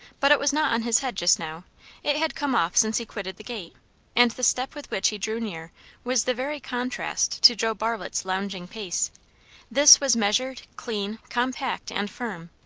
but it was not on his head just now it had come off since he quitted the gate and the step with which he drew near was the very contrast to joe bartlett's lounging pace this was measured, clean, compact, and firm,